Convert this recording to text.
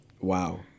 wow